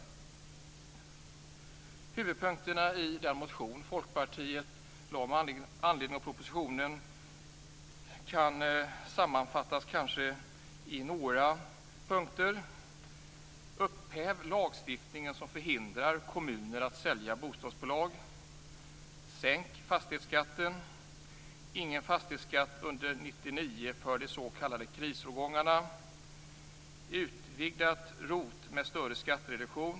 Huvudpunkterna i den motion Folkpartiet har väckt med anledning av propositionen kan sammanfattas i några punkter. Upphäv lagstiftningen som förhindrar kommuner att sälja bostadsbolag.